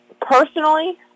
Personally